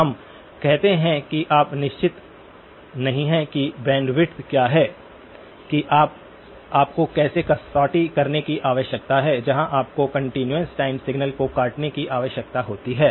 हम कहते हैं कि आप निश्चित नहीं हैं कि बैंडविड्थ क्या है कि आप आपको कैसे कटौती करने की आवश्यकता है जहां आपको कंटीन्यूअस टाइम सिग्नल को काटने की आवश्यकता होती है